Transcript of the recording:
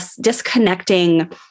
disconnecting